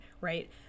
right